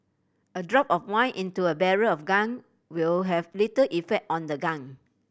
a drop of wine into a barrel of gunk will have little effect on the gunk